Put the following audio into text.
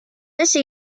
laisse